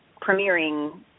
premiering